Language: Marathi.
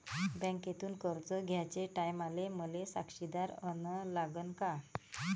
बँकेतून कर्ज घ्याचे टायमाले मले साक्षीदार अन लागन का?